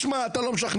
אתה לא משנה את הדברים.